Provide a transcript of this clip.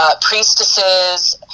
priestesses